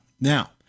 Now